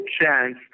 chance